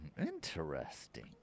Interesting